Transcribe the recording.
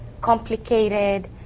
complicated